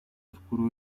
oscuro